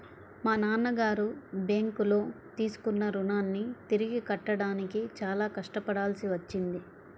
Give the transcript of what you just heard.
మా నాన్నగారు బ్యేంకులో తీసుకున్న రుణాన్ని తిరిగి కట్టడానికి చాలా కష్టపడాల్సి వచ్చింది